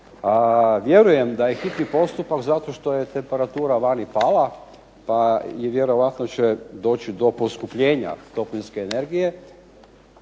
Vjerujem da je hitni postupak zato što je temperatura vani pala pa i vjerojatno će doći do poskupljenja toplinske energije